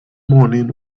morning